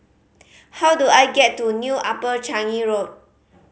how do I get to New Upper Changi Road